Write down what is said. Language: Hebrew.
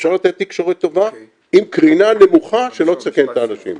אפשר לתת תקשורת טובה עם קרינה נמוכה שלא תסכן את האנשים.